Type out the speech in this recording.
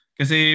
kasi